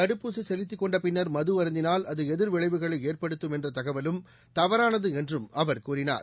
தடுப்பூசி செலுத்திக் கொண்ட பின்னா் மது அருந்தினால் அது எதிா் விளைவுகளை ஏற்படுத்தும் என்ற தகவலும் தவறானது என்றும் அவர் கூறினார்